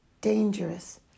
dangerous